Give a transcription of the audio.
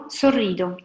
sorrido